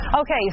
Okay